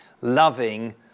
loving